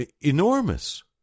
Enormous